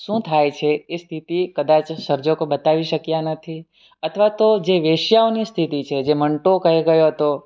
શું થાય છે એ સ્થિતિ કદાચ સર્જકો બતાવી શક્યા નથી અથવા તો જે વેશ્યાઓની સ્થિતિ છે જે મંટો કહી ગયો હતો